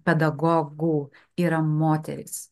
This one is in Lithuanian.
pedagogų yra moterys